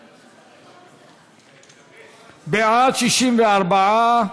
בעד, 64,